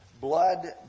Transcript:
blood